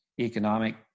economic